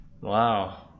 Wow